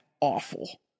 awful